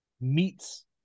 meets